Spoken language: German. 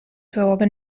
sorge